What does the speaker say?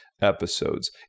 episodes